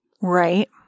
Right